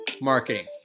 marketing